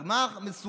אבל מה מסוכן?